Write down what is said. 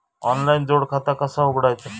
Online जोड खाता कसा उघडायचा?